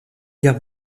guerre